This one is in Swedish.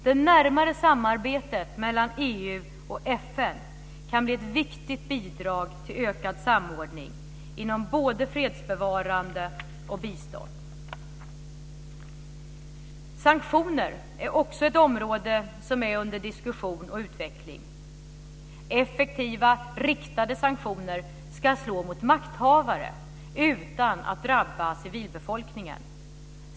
Det närmare samarbetet mellan EU och FN kan bli ett viktigt bidrag till ökad samordning inom både fredsbevarande och bistånd. Sanktioner är ännu ett område som är under diskussion och utveckling. Effektiva, riktade sanktioner ska slå mot makthavare utan att drabba civilbefolkningen.